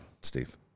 Steve